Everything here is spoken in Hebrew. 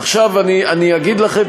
עכשיו אני אגיד לכם